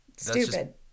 stupid